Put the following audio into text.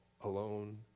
alone